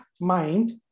mind